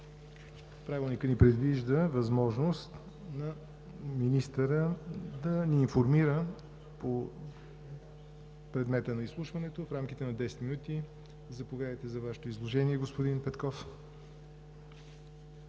Правилникът ни предвижда възможност за министъра да ни информира по предмета на изслушването в рамките на 10 минути. Заповядайте за Вашето изложение, господин Петков.